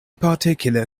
particular